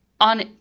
on